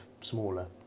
smaller